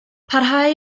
parhau